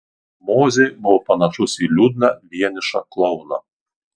mozė buvo panašus į liūdną vienišą klouną